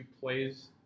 plays